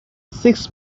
six